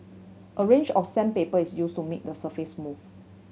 a range of sandpaper is used to make the surface smooth